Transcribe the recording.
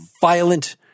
violent